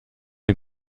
est